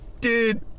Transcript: Dude